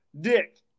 dick